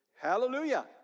Hallelujah